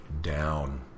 down